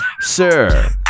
Sir